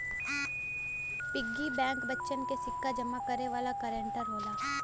piggy bank बच्चन के सिक्का जमा करे वाला कंटेनर होला